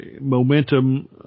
momentum